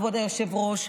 כבוד היושב-ראש,